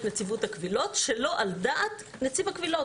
נציבות הקבילות שלא על דעת נציב הקבילות.